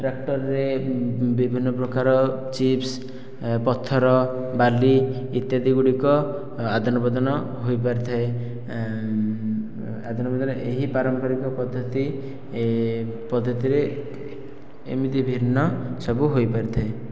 ଟ୍ରାକଟରରେ ବିଭିନ୍ନ ପ୍ରକାର ଚିପ୍ସ ପଥର ବାଲି ଇତ୍ୟାଦି ଗୁଡ଼ିକ ଆଦାନ ପ୍ରଦାନ ହୋଇପାରିଥାଏ ଆଦାନ ପ୍ରଦାନ ଏହି ପାରମ୍ପରିକ ପଦ୍ଧତି ପଦ୍ଧତିରେ ଏମିତି ଭିନ୍ନ ସବୁ ହୋଇପାରିଥାଏ